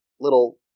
little